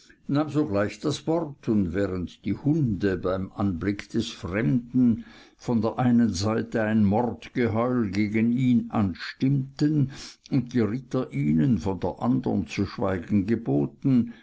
nahm sogleich das wort und während die hunde beim anblick des fremden von der einen seite ein mordgeheul gegen ihn anstimmten und die ritter ihnen von der andern zu schweigen geboten